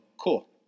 cool